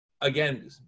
again